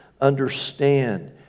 understand